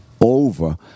over